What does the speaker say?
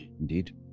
Indeed